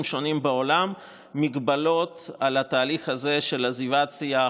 שונים בעולם מגבלות על התהליך הזה של עזיבת סיעה